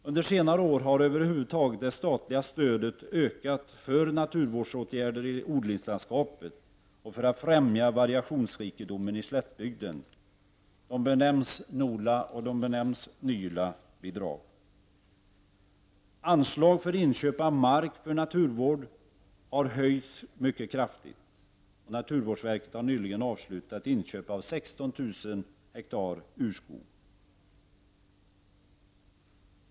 Under senare år har överhuvudtaget det statliga stödet ökat för naturvårdsåtgärder i odlingslandskapet och för att främja variationsrikedomen i slättbygden. De benäms NOLA och NYLA-bidrag. Anslaget för inköpet av mark för naturvård har höjts mycket kraftigt. Naturvårdsverket har nyligen avslutat inköp av 16 000 hektar urskog.